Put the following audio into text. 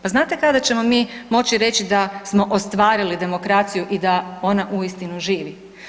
Pa znate kada ćemo mi moći reći da smo ostvarili demokraciju i da ona uistinu živi?